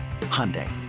Hyundai